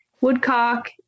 woodcock